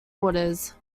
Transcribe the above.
orders